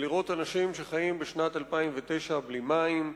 זה לראות אנשים שחיים בשנת 2009 בלי מים,